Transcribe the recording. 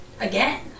again